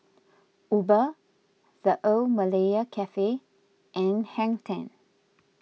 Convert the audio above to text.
Uber the Old Malaya Cafe and Hang ten